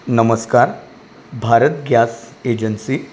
नमस्कार Bharat gas agency